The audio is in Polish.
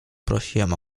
prosiłem